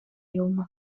юлнӑ